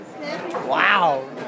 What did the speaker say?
Wow